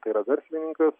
tai yra verslininkas